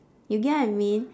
you get what I mean